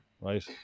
right